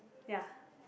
ya